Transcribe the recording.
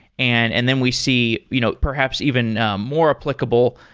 and and then we see you know perhaps even more applicable,